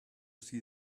see